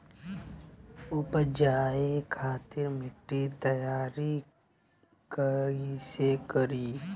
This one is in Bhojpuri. उपजाये खातिर माटी तैयारी कइसे करी?